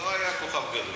היה דן מרידור.